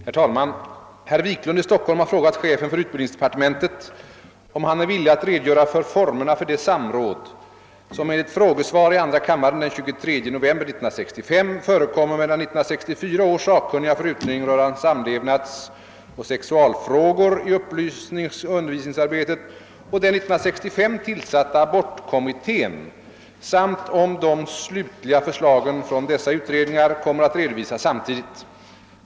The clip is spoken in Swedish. Herr talman! Herr Wiklund i Stockholm har frågat chefen för utbildningsdepartementet, om han är villig att redogöra för formerna för det samråd, som enligt frågesvar i andra kammaren den 23 november 1965 förekommer mellan 1964 års sakkunniga för utredning rörande samlevnadsoch sexualfrågor i upplysningsoch undervisningsarbetet och den 1965 tillsatta abortkommittén samt om de slutliga förslagen från dessa utredningar kommer att redovisas samtidigt.